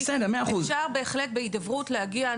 אפשר בהחלט בהידברות להגיע,